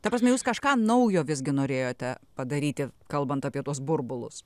ta prasme jūs kažką naujo visgi norėjote padaryti kalbant apie tuos burbulus